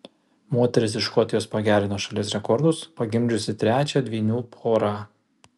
moteris iš škotijos pagerino šalies rekordus pagimdžiusi trečią dvynių porą